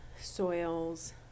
soils